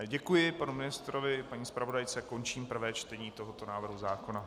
Děkuji panu ministrovi, paní zpravodajce a končím prvé čtení tohoto návrhu zákona.